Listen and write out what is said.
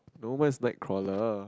no mine is Nightcrawler